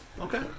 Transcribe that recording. Okay